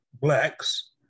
Blacks